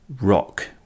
rock